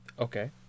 Okay